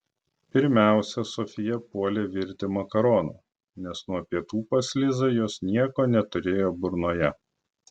pirmiausia sofija puolė virti makaronų nes nuo pietų pas lizą jos nieko neturėjo burnoje